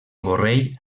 borrell